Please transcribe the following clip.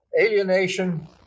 alienation